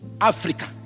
Africa